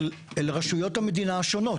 אל רשויות המדינה השונות